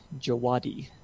Jawadi